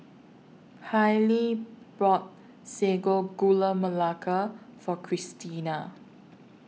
Hailie bought Sago Gula Melaka For Kristina